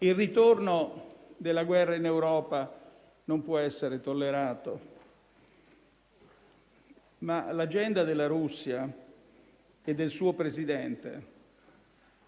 Il ritorno della guerra in Europa non può essere tollerato. L'agenda della Russia e del suo Presidente